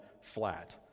flat